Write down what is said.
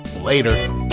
later